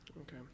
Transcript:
Okay